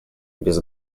без